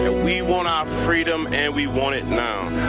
ah we want our freedom and we want it now.